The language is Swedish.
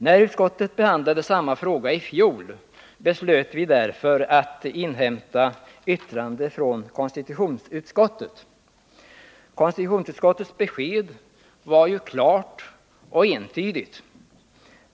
När utskottet behandlade samma fråga i fjol, beslöt man därför att inhämta yttrande från konstitutionsutskottet. Dess besked var klart och entydigt.